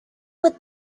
would